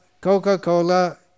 Coca-Cola